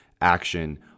action